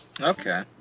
Okay